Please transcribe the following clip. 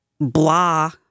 blah